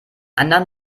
anderen